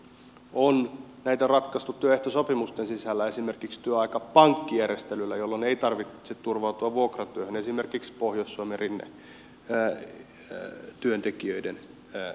on näitä ratkaistu työehtosopimusten sisällä esimerkiksi työaikapankkijärjestelyllä jolloin ei tarvitse turvautua vuokratyöhön esimerkiksi pohjois suomen rinnetyöntekijöiden keskuudessa